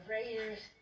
Raiders